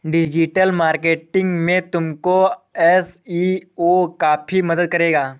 digital marketing में तुमको SEO काफी मदद करेगा